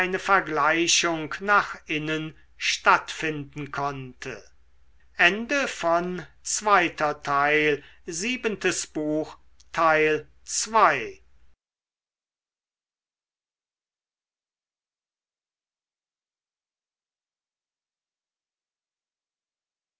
vergleichung nach innen stattfinden konnte